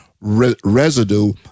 residue